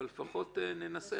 אבל לפחות ננסה,